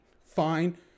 fine